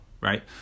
right